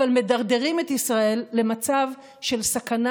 אבל מדרדרים את ישראל למצב של סכנה